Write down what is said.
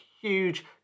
huge